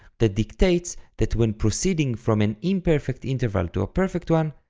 that dictates that when proceeding from an imperfect interval to a perfect one,